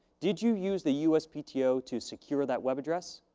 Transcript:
did you use the uspto to secure that web address?